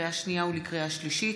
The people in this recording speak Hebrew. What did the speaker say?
לקריאה שנייה ולקריאה שלישית,